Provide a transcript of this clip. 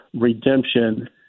redemption